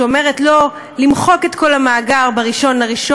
שאומרת: לא למחוק את כל המאגר ב-1 בינואר,